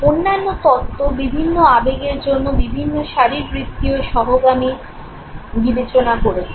অন্যান্য তত্ত্ব বিভিন্ন আবেগের জন্য বিভিন্ন শারীরবৃত্তীয় সহগামী বিবেচনা করেছে